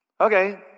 Okay